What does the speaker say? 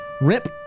Rip